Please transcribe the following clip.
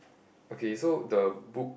okay so the book